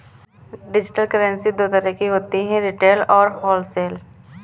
digital currency दो तरह की होती है रिटेल और होलसेल